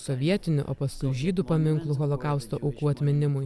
sovietinių o paskui žydų paminklų holokausto aukų atminimui